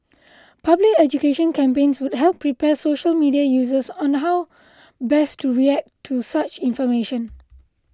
public education campaigns would help prepare social media users on how best to react to such information